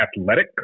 athletic